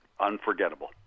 unforgettable